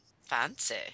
Fancy